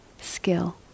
skill